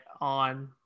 on